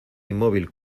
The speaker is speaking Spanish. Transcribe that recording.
inmóvil